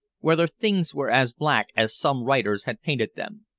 whether things were as black as some writers had painted them.